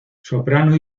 soprano